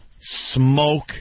smoke